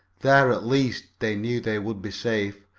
there, at least, they knew they would be safe,